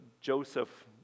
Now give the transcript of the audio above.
Joseph